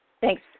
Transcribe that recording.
Thanks